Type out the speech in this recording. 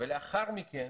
ולאחר מכן